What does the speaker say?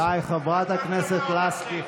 די, חברת הכנסת לסקי.